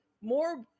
more